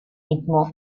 mismo